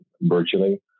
virtually